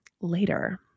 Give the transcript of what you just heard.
later